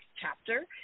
chapter